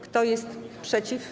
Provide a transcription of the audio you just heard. Kto jest przeciw?